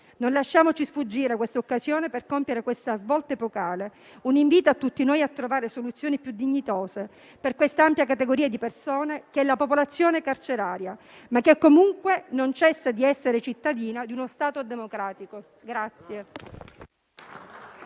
Non lasciamoci sfuggire questa occasione per compiere questa svolta epocale; si è trattato di un invito a tutti noi a trovare soluzioni più dignitose per quest'ampia categoria di persone che è la popolazione carceraria, la quale comunque non cessa di essere cittadina di uno Stato democratico.